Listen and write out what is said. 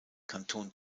kanton